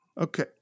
Okay